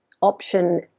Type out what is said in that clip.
option